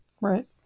Right